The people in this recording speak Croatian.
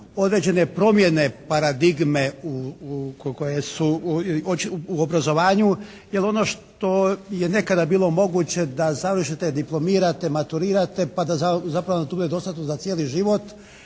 određene promjene paradigme u, koje su u obrazovanju jer ono što je nekada bilo moguće da završi te diplomira te maturira te, pa da zapravo to bude dostatno za cijeli život.